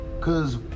cause